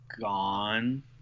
gone